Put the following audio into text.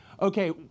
Okay